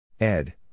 Ed